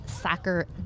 soccer